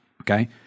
okay